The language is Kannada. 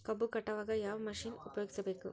ಕಬ್ಬು ಕಟಾವಗ ಯಾವ ಮಷಿನ್ ಉಪಯೋಗಿಸಬೇಕು?